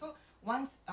!wow!